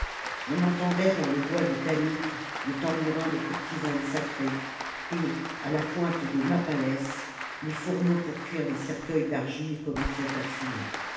on entendait dans le bois de tanit le tambourin des courtisanes sacrées et à la pointe des mappales les fourneaux pour cuire les cercueils d'argile commençaient